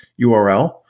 URL